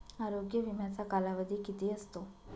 आरोग्य विम्याचा कालावधी किती असतो?